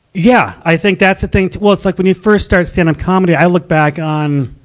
yeah. i think that's a thing to well, it's like when you first started stand-up comedy. i look back on,